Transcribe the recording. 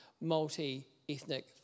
multi-ethnic